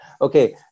Okay